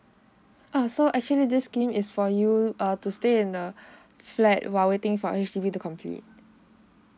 err so actually this scheme is for you err to stay in the flat while waiting for H_D_B to complete